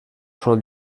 sol